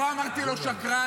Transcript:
לא אמרתי לו "שקרן".